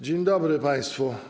Dzień dobry państwu.